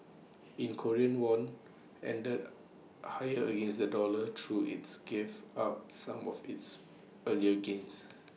the Korean won ended higher against the dollar though its gave up some of its earlier gains